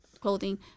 clothing